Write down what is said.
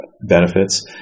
benefits